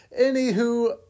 Anywho